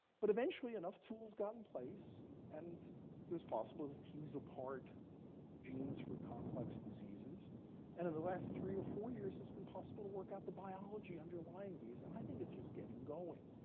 but eventually, enough tools got in place and it was possible to tease apart genes for complex diseases. and in the last three or four years, it's been possible to work out the biology underlying these. and i think it's just getting going.